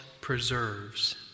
preserves